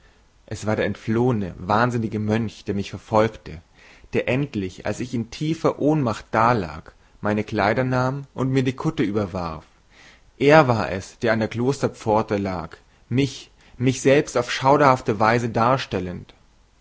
es war der entflohene wahnsinnige mönch der mich verfolgte der endlich als ich in tiefer ohnmacht dalag meine kleider nahm und mir die kutte überwarf er war es der an der klosterpforte lag mich mich selbst auf schauderhafte weise darstellend